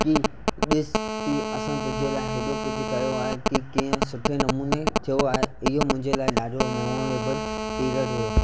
की ॾिस की असां तुंहिंजे लाइ हेॾो कुझु कयो आहे की कीअं सुठे नमूने थियो आहे इहो मुंहिंजे लाइ ॾाढो मेमोरेबल पीरियड हुओ